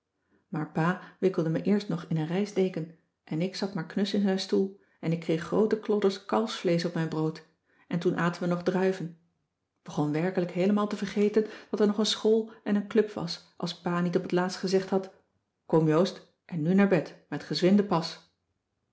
maar pa wikkelde me eerst nog in een reisdeken en ik zat maar knus in zijn stoel en ik kreeg groote klodders kalfsvleesch op mijn brood en toen aten we nog druiven k begon werkelijk heelemaal te vergeten dat er nog een school en een club was als pa niet op t laatst gezegd had kom joost en nu naar bed met gezwinde pas